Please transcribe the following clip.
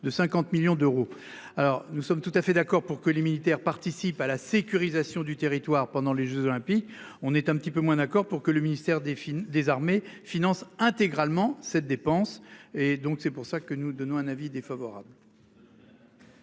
de 50 millions d'euros. Alors nous sommes tout à fait d'accord pour que les militaires participent à la sécurisation du territoire pendant les Jeux olympiques, on est un petit peu moins d'accord pour que le ministère des films désarmer finance intégralement cette dépense. Et donc c'est pour ça que nous donnons un avis défavorable.